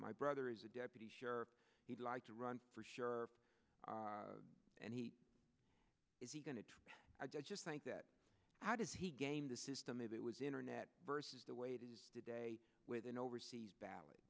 my brother is a deputy sheriff he'd like to run for sure and he is he going to try i just think that how does he game the system it was internet versus the way it is today with an overseas ballot